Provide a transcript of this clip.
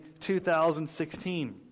2016